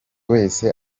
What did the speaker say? wese